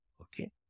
Okay